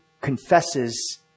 confesses